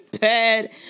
bed